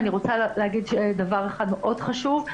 אני רוצה להגיד דבר אחד מאוד חשוב,